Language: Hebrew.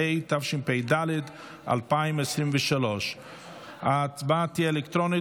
התשפ"ד 2023. ההצבעה תהיה אלקטרונית.